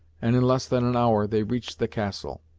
and in less than an hour they reached the castle.